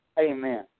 Amen